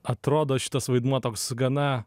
atrodo šitas vaidmuo toks gana